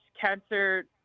cancer